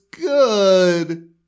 good